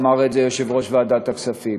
אמר את זה יושב-ראש ועדת הכספים.